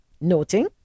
noting